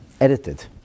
edited